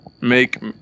make